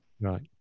Right